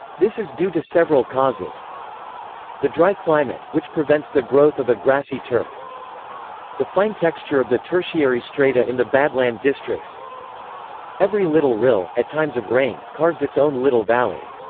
this is due to several causes the dry climate, which prevents the growth of a grassy turf the fine texture of the tertiary strata in the badland districts every little rill, at times of rain, carves its own little valley.